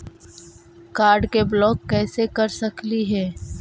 Card के block कैसे कर सकली हे?